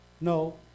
No